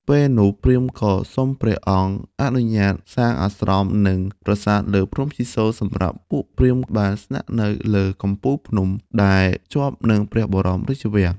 ពេលនោះ ព្រាហ្មណ៍ក៏សុំព្រះអង្គអនុញ្ញាតសាងអាស្រម និងប្រាសាទលើភ្នំជីសូរសម្រាប់ពួកព្រាហ្មណ៍បានស្នាក់នៅលើកំពូលភ្នំ ដែលជាប់នឹងព្រះបរមរាជវាំង។